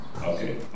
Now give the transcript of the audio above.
Okay